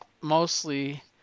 mostly